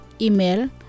Email